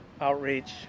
outreach